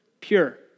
Pure